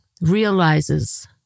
realizes